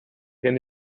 gen